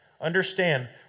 understand